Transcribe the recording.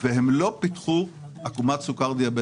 וברור שהם לא כמו משקאות עם סוכר,